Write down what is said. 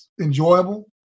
enjoyable